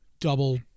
double